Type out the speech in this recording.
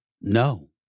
No